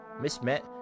Mismet